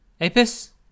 Apis